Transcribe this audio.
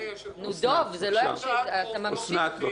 אוסנת, בבקשה.